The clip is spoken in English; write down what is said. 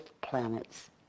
planets